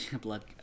Blood